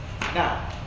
Now